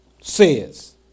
says